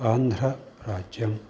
आन्ध्रराज्यम्